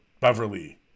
Beverly